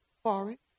forest